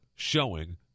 Showing